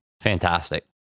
Fantastic